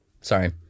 Sorry